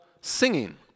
singing